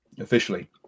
officially